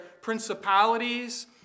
principalities